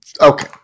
Okay